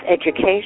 education